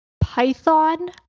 Python